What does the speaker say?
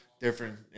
different